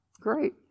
great